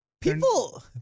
People